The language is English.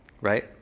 right